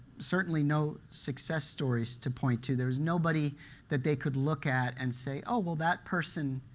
certainly no success stories to point to. there was nobody that they could look at and say, oh, well that person